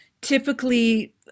typically